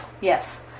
yes